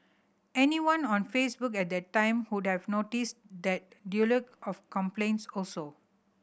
anyone on Facebook at the time would have noticed the deluge of complaints also